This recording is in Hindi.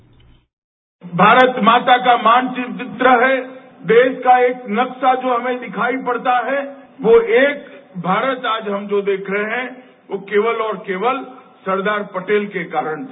बाईट भारत माता का मानचित्र है देश का एक नक्शा जो हमें दिखाई पड़ता है वो एक भारत जो आज हम देख रहे हैं वो केवल और केवल सरदार पटेल के कारण है